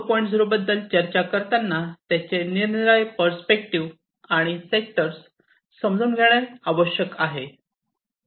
0 बद्दल चर्चा करताना त्याचे निरनिराळे पर्स्पेक्टिव्ह आणि सेक्टर समजून घेणे आवश्यक आहे